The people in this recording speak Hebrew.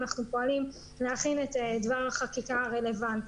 אנחנו פועלים להכין את דבר החקיקה הרלוונטי.